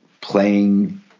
playing